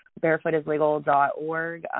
barefootislegal.org